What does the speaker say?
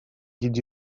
did